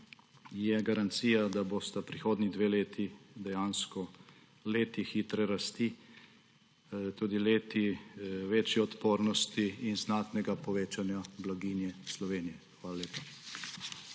je garancija, da bosta prihodnji dve leti dejansko leti hitre rasti, tudi leti večje odpornosti in znatnega povečanja blaginje Slovenije. Hvala lepa.